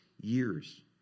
years